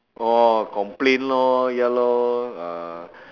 orh complain lor ya lor uh